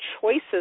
choices